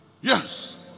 yes